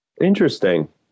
interesting